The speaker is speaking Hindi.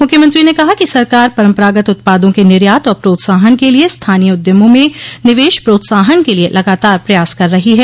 मुख्यमंत्री ने कहा कि सरकार पम्परागत उत्पादों के निर्यात और प्रोत्साहन के लिए स्थानीय उद्यमों में निवेश प्रोत्साहन के लिए लगातार प्रयास कर रही हैं